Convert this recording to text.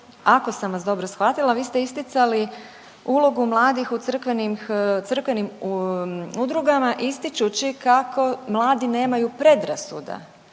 ako sam vas dobro shvatila vi ste isticali ulogu mladih u crkvenim udrugama kako mladi nemaju predrasuda.